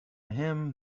him